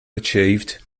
achieved